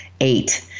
Eight